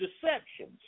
deceptions